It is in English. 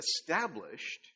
established